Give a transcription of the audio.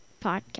podcast